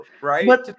right